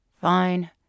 Fine